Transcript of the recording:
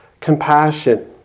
compassion